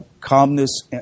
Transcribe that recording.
Calmness